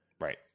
Right